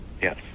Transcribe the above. Yes